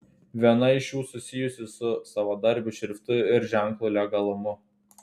viena iš jų susijusi su savadarbių šriftų ir ženklų legalumu